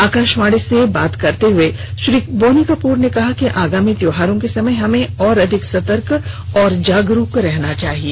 आकाशवाणी से बात करते हुए श्री बोनी कपूर ने कहा कि आगार्मी त्यौहारों के समय हमें और अधिक सतर्क और जागरूक रहना चाहिए